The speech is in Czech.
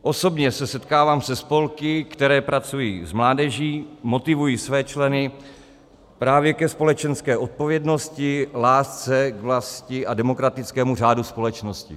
Osobně se setkávám se spolky, které pracují s mládeží, motivují své členy právě ke společenské odpovědnosti, lásce k vlasti a demokratickému řádu společnosti.